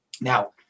Now